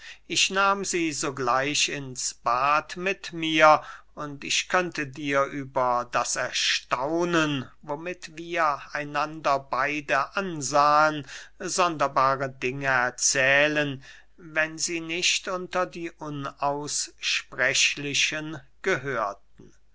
ich nahm sie sogleich ins bad mit mir und ich könnte dir über das erstaunen womit wir einander beide ansahen sonderbare dinge erzählen wenn sie nicht unter die unaussprechlichen gehörten